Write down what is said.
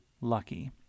lucky